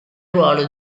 ruolo